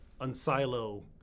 unsilo